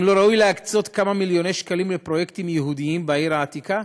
האם לא ראוי להקצות כמה מיליוני שקלים לפרויקטים יהודיים בעיר העתיקה?